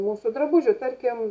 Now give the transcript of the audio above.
mūsų drabužių tarkim